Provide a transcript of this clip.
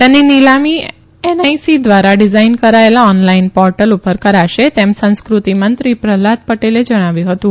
તેની નિલામી એનઆઈસી દ્વારા ડિઝાઈન કરાયેલા ઓનલાઈન પોર્ટલ ઉપર કરાશે તેમ સંસ્કૃતિ મંત્રી પ્રહલાદ પટેલે જણાવ્યું હતું